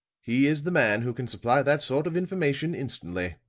he is the man who can supply that sort of information instantly.